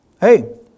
Hey